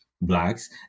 blacks